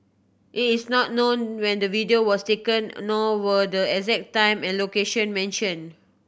it is not known when the video was taken nor were the exact time and location mentioned